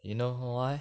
you know why